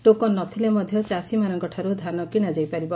token ନ ଥିଲେ ମଧ୍ଧ ଚାଷୀମାନଙ୍କଠାରୁ ଧାନ କିଣାଯାଇପାରିବ